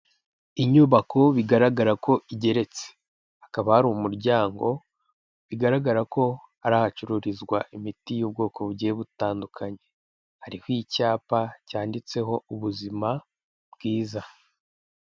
Inyubako bigaragara ko igeretse, hakaba hari umuryango bigaragara ko hari hacururizwa imiti y'ubwoko bugiye butandukanye, hariho icyapa cyanditseho ubuzima bwiza.